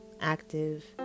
active